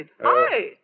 Hi